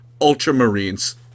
ultramarines